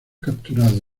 capturado